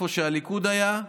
במקום שבו הליכוד היה,